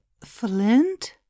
flint